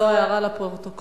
זו הערה לפרוטוקול.